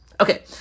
Okay